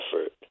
effort